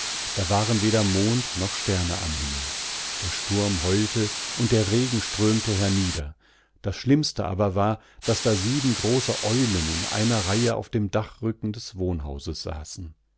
es war eine schrecklichenacht indieerhinauskam dawarenwedermondnochsterne am himmel der sturm heulte und der regen strömte hernieder das schlimmste aber war daß da sieben große eulen in einer reihe auf dem dachrücken des wohnhauses saßen